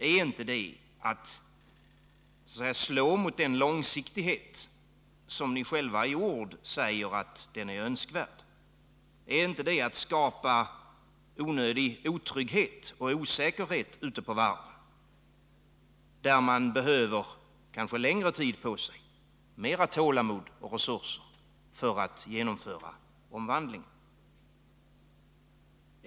Är inte det så att säga att slå mot den långsiktighet som ni själva i ord säger är önskvärd? Är inte detta att skapa onödig otrygghet och osäkerhet ute på varven, där man kanske behöver längre tid på sig, mera tålamod och resurser för att genomföra omvandlingen?